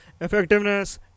effectiveness